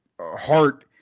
heart